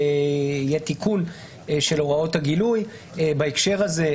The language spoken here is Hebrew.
יהיה תיקון של הוראות הגילוי בהקשר הזה.